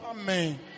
Amen